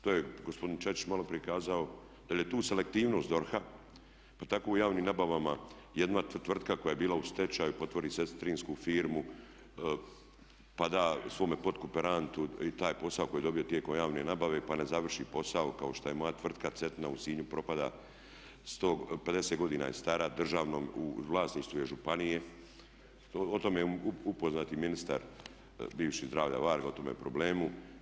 To je gospodin Čačić malo prije kazao, da li je tu selektivnost DORH-a, pa tako u javnim nabavama jedna tvrtka koja je bila u stečaju otvori sestrinsku firmu pa da svome pod kooperantu i taj posao koji je dobio tijekom javne nabave pa ne završi posao kao što je moja tvrtka Cetina u Sinju propada 50 godina je stara, u vlasništvu je županije, o tome je upoznat i ministar bivši zdravlja Varga, o tome problemu.